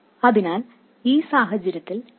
അതിനാൽ ഈ സാഹചര്യത്തിൽ ഈ നമ്പർ 1